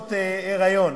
בתקופות היריון